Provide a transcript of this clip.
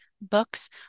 books